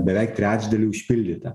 beveik trečdalį užpildytą